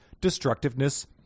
destructiveness